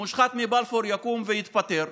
המושחת מבלפור יקום ויתפטר,